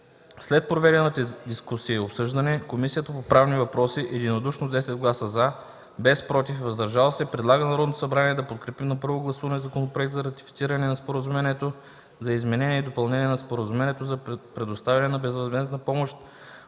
След проведената дискусия и обсъждане, Комисията по правни въпроси единодушно с 10 гласа „за”, без „против” и „въздържали се”, предлага на Народното събрание да подкрепи на първо гласуване Законопроекта за ратифициране на Споразумението за изменение и допълнение на Споразумението за предоставяне на безвъзмездна помощ